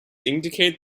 indicate